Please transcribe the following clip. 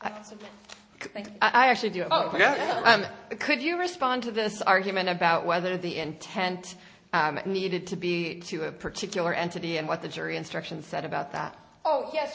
think i actually do ok and could you respond to this argument about whether the intent needed to be to a particular entity and what the jury instructions said about that oh yes